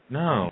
no